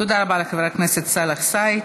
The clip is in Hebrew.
תודה רבה לחבר הכנסת סאלח סעד.